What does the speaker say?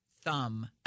thumb